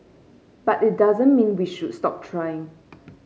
but it doesn't mean we should stop trying